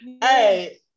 hey